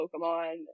Pokemon